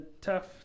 tough